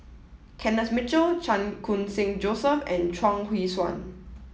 Kenneth Mitchell Chan Khun Sing Joseph and Chuang Hui Tsuan